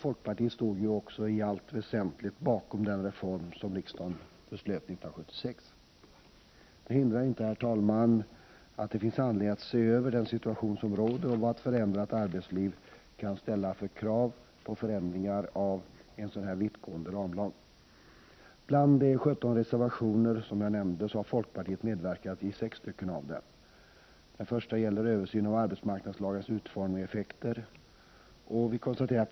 Folkpartiet stod ju också i allt väsentligt bakom den reform som riksdagen beslutade 1976. Det hindrar inte, herr talman, att det finns anledning att se över den situation som råder och vad ett förändrat arbetsliv kan ställa för krav på förändringar av en så vittgående ramlag. Bland de 17 reservationer som jag nämnde har folkpartiet medverkat i 6. Den första gäller en översyn av arbetsmarknadslagarnas utformning och effekter.